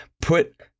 put